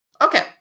okay